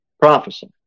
Prophecy